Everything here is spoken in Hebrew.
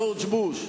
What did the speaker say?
ג'ורג' בוש,